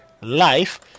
life